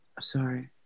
Sorry